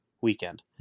weekend